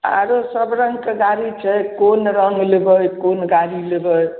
आरो सब रङ्गके गाड़ी छै कोन रङ्ग लेबै कोन गाड़ी लेबै